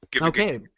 Okay